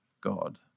God